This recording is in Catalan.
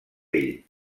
ell